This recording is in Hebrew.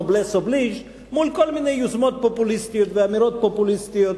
"נובלס אובליז'" מול כל מיני יוזמות פופוליסטיות ואמירות פופוליסטיות,